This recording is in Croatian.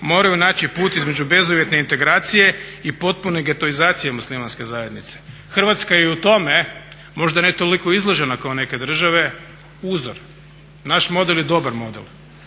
moraju naći put između bezuvjetne integracije i potpune getoizacije muslimanske zajednice. Hrvatska je i u tome, možda ne toliko izložena kao neke države, uzor. Naš model je dobar model.